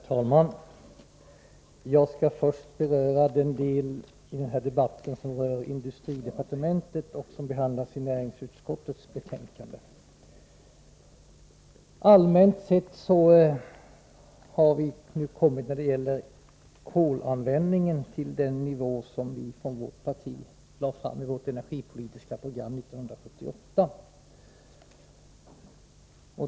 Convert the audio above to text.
Herr talman! Jag skall först beröra den del av den här debatten som rör industridepartementets verksamhetsområde och som behandlas i näringsutskottets betänkande. Allmänt sett har vi nu när det gäller kolanvändningen kommit till den nivå som vi från vårt parti föreslog i vårt energipolitiska program 1978.